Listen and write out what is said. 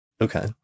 Okay